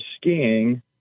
skiing